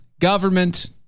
government